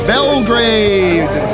Belgrade